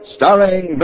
Starring